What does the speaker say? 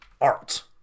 art